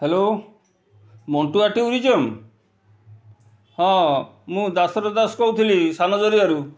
hello ମଣ୍ଟୁଆ tourism ହଁ ମୁଁ ଦାଶରଥ ଦାଶ କହୁଥିଲି ସାନଝରିଆରୁ